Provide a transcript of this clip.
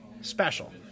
special